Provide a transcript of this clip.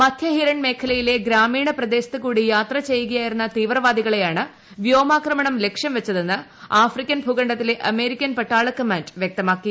മധ്യഹിരൺ മേഖലയിലെ ഗ്രാമീണ പ്രദേശത്ത് കൂടി യാത്ര ചെയ്യുകയായിരുന്നു തീവ്രവാദികളെയാണ് വ്യോമാക്രമണം ലക്ഷ്യം വച്ചതെന്ന് ആഫ്രിക്കൻ ഭൂഖണ്ഡത്തിലെ അമേരിക്കൻ പട്ടാള കമാൻഡ് വൃക്തമാക്കി